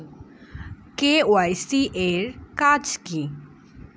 KYC এর কাজ কি?